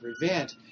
prevent